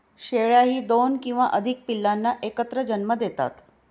शेळ्याही दोन किंवा अधिक पिल्लांना एकत्र जन्म देतात